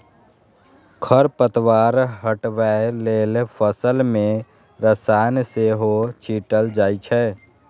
खरपतवार हटबै लेल फसल मे रसायन सेहो छीटल जाए छै